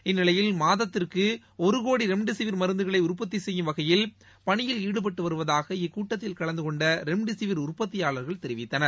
இந்நிலையில் மாதத்திற்குஒருகோடிரெம்டெசிவிர் மருந்துகளைஉற்பத்திசெய்யும் வகையில் பணியில் ாடுபட்டுவருவதாக இக்கூட்டத்தில் கலந்துகொண்டரெம்டெசிவிர் உற்பத்தியாளர்கள் தெரிவித்தனர்